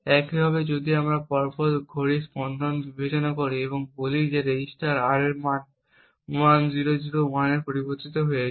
একইভাবে যদি আমরা এই দুটি পরপর ঘড়ির স্পন্দন বিবেচনা করি এবং বলি যে রেজিস্টার R এর মান 1001 এ পরিবর্তিত হয়েছে